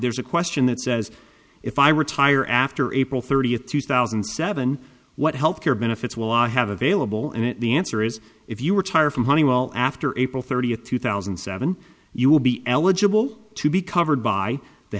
there's a question that says if i retire after april thirtieth two thousand and seven what health care benefits will have available and the answer is if you are tired from honeywell after april thirtieth two thousand and seven you will be eligible to be covered by the